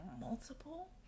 multiple